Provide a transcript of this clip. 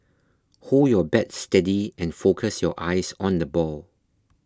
hold your bat steady and focus your eyes on the ball